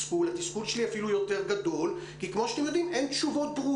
לבעלי סיכון יותר גבוה או לבעלי סיכון